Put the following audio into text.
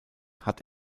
hat